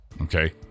Okay